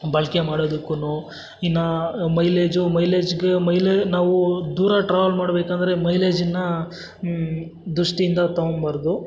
ಬಳಕೆ ಮಾಡೋದುಕ್ಕು ಇನ್ನೂ ಮೈಲೇಜು ಮೈಲೇಜ್ಗೆ ಮೈಲೇ ನಾವು ದೂರ ಟ್ರಾವೆಲ್ ಮಾಡಬೇಕಂದ್ರೆ ಮೈಲೇಜಿನ ದೃಷ್ಟಿಯಿಂದ ತಗೊಬಾರ್ದು